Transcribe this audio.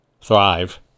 thrive